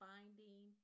Finding